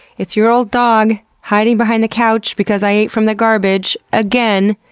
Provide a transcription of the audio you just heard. it's your old dog, hiding behind the couch because i ate from the garbage, again.